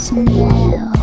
Smell